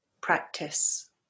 practice